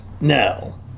No